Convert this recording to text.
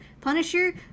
Punisher